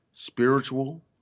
Spiritual